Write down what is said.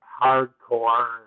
hardcore